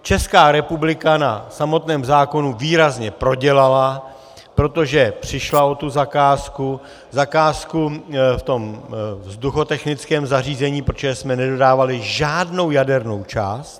Česká republika na samotném zákonu výrazně prodělala, protože přišla o tu zakázku, zakázku v tom vzduchotechnickém zařízení, protože jsme nedodávali žádnou jadernou část.